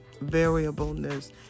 variableness